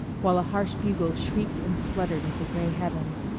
while a harsh bugle shrieked and spluttered at the gray heavens.